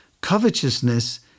Covetousness